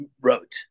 wrote